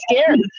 scared